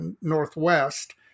Northwest